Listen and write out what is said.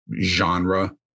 genre